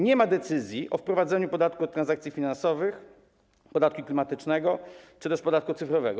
Nie ma decyzji o wprowadzeniu podatku od transakcji finansowych, podatku klimatycznego czy też podatku cyfrowego.